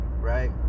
right